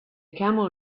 camel